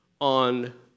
on